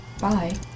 Bye